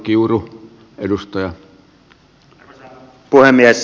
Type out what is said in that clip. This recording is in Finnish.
arvoisa herra puhemies